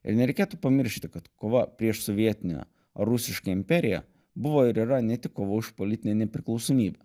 ir nereikėtų pamiršti kad kova prieš sovietinę rusišką imperiją buvo ir yra ne tik kova už politinę nepriklausomybę